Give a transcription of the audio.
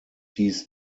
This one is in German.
dies